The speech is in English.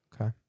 Okay